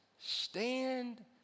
stand